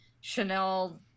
Chanel